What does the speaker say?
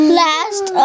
last